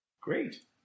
Great